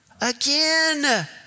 again